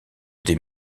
des